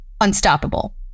unstoppable